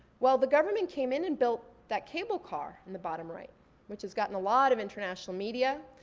well the government came in and built that cable car in the bottom right which has gotten a lot of internatonal media,